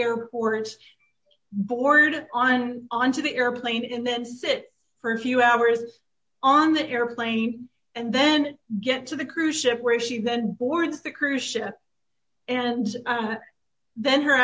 airport board on onto the airplane and then sit for a few hours on the airplane and then get to the cruise ship where she then boards the cruise ship and then her